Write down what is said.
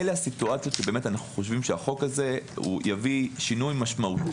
אלה המצבים שאנו חושבים שהחוק הזה יביא משמעותי,